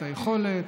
את היכולת,